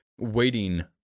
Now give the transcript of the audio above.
waiting